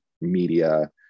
media